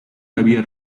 había